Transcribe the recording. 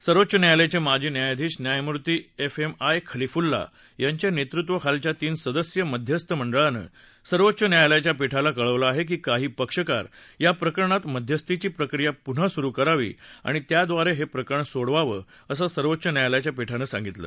सर्वोच्च न्यायालयाचे माजी न्यायाधीश न्यायमूर्ती एफ एम आय खलिफुल्ला यांच्या नेतृत्वाखालच्या तीन सदस्यीय मध्यस्थ मंडळानं सर्वोच्च न्यायालयाच्या पीठाला कळवलं आहे की काही पक्षकार या प्रकरणात मध्यस्थीची प्रक्रिया पुन्हा सुरु करावी आणि त्याद्वारे हे प्रकरण सोडवावं असं सर्वोच्च न्यायालयाच्या पीठानं सांगितलं